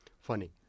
Funny